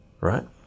right